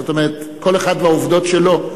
זאת אומרת, כל אחד והעובדות שלו.